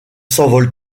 s’envolent